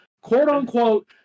quote-unquote